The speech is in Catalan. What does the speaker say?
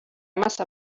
massa